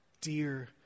dear